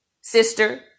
sister